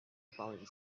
falling